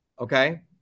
okay